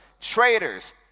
traitors